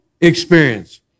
experience